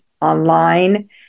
online